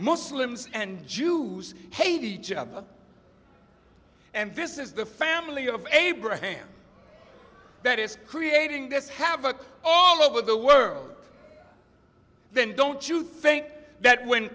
muslims and jews hate each other and this is the family of abraham that is creating this havoc all over the world then don't you think that when